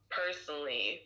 personally